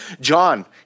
John